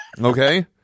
Okay